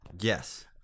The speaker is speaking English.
Yes